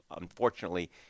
unfortunately